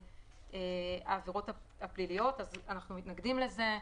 מהעבירות הפליליות - אנחנו מתנגדים לזה.